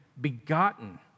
begotten